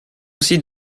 aussi